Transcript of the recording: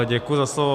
Děkuji za slovo.